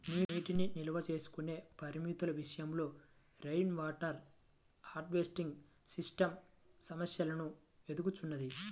నీటిని నిల్వ చేసుకునే పరిమితుల విషయంలో రెయిన్వాటర్ హార్వెస్టింగ్ సిస్టమ్ సమస్యలను ఎదుర్కొంటున్నది